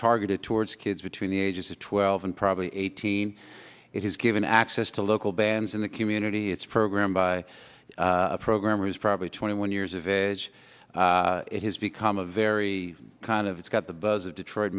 targeted towards kids between the ages of twelve and probably eighteen it has given access to local bands in the community it's program by program was probably twenty one years of age it has become a very kind of it's got the buzz of detroit